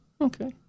Okay